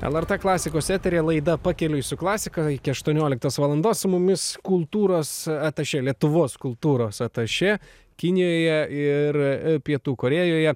lrt klasikos eteryje laida pakeliui su klasika iki aštuonioliktos valandos su mumis kultūros atašė lietuvos kultūros atašė kinijoje ir pietų korėjoje